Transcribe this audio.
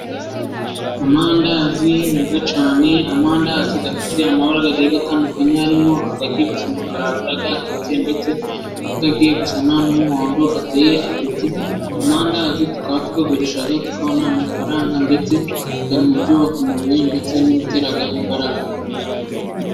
Amandazi meza cyane, amandazi afite amabara agiye atandukanye, harimo agiye gusa umukara wagira yaketse ndetse, n'agiye gusa n'umuhondo ateye apeti, amandazi tukaba tuyagurisha tukabona amafaranga ndetse ari mu byubaka umubiri ndetse n'ibitera imbaraga.